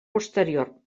posterior